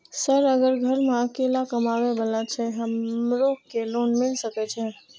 Sir अगर घर में अकेला कमबे वाला छे हमरो के लोन मिल सके छे?